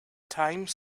time